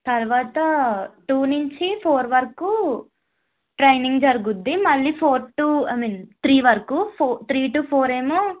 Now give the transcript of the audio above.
తర్వాత టూ నుంచి ఫోర్ వరకు ట్రైనింగ్ జరుగుద్ది మళ్ళీ four to I mean three వరకు త్రీ టు ఫోర్ ఏమో